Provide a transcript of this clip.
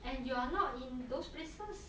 and you are not in those places